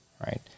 Right